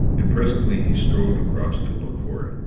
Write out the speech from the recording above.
and presently he strolled across to look for it,